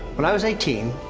when i was eighteen.